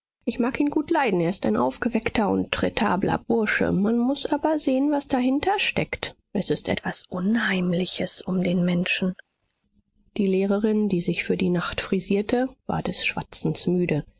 ich mag ihn gut leiden er ist ein aufgeweckter und trätabler bursche man muß aber sehen was dahinter steckt es ist etwas unheimliches um den menschen die lehrerin die sich für die nacht frisierte war des schwatzens müde